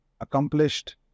accomplished